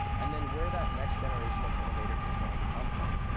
and then where that next generation of innovators is going to come from.